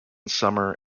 summer